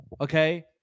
okay